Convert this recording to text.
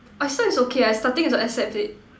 I swear it's okay I starting to accept it